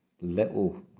little